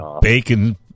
bacon